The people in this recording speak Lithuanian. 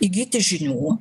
įgyti žinių